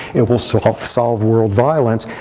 it will solve solve world violence.